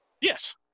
yes